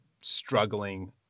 struggling